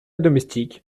domestique